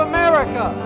America